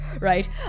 right